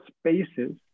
spaces